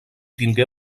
tingué